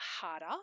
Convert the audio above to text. harder